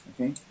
okay